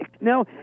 No